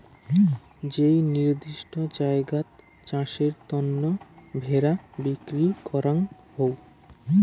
যেই নির্দিষ্ট জায়গাত চাষের তন্ন ভেড়া বিক্রি করাঙ হউ